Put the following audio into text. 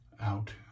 Out